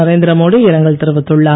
நரேந்திரமோடி இரங்கல் தெரிவித்துள்ளார்